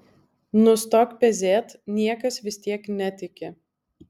nustok pezėt niekas vis tiek netiki